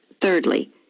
Thirdly